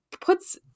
puts